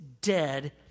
dead